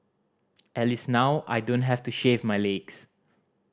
at least now I don't have to shave my legs